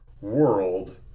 world